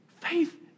Faith